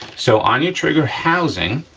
so, on your trigger housing,